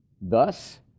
Thus